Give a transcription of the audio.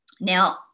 now